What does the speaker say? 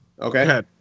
Okay